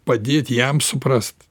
padėti jam suprast